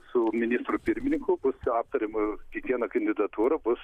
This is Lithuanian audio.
su ministru pirmininku bus aptariama kiekviena kandidatūra bus